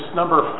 number